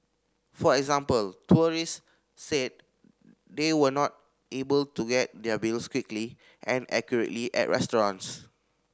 for example tourist said they were not able to get their bills quickly and accurately at restaurants